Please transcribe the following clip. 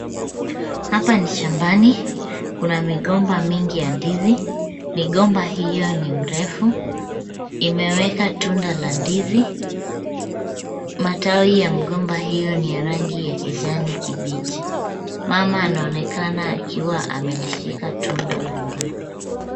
Hapa ni shambani, kuna migomba mingi ya ndizi. Migomba hiyo ni mrefu, imeweka tunda la ndizi. Matawi ya mgomba hiyo ni ya rangi ya kijani kibichi. Mama anaonekana akiwa amelishika tunda la ndizi.